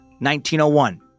1901